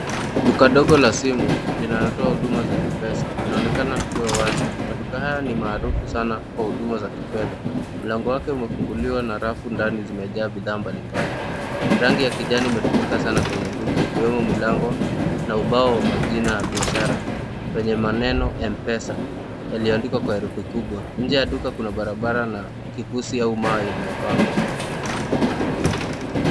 Duka dogo la simu, linalotoa huduma za simu ya M-pesa, linaonekana likiwa wazi. Maduka haya ni maarufu sana kwa huduma za kifedha. Mlango wake umefunguliwa na rafu ndani zimejaa bidhaa mbalimbali. Rangi ya kijani imetumika sana kwenye duka, ikiwemo milango na ubao wa majina ya biashara, lenye maneno M-pesa, yaliyoandikwa kwa herufi kubwa. Nje ya duka kuna barabara na kifusi au mawe iliyopangwa.